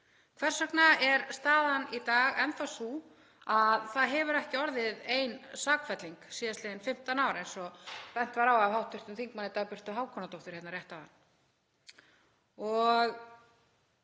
Hvers vegna er staðan í dag enn þá sú að það hefur ekki orðið ein sakfelling síðastliðin 15 ár, eins og bent var á af hv. þm. Dagbjörtu Hákonardóttur hérna rétt áðan?